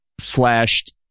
flashed